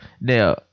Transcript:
now